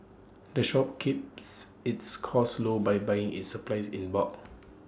the shop keeps its costs low by buying its supplies in bulk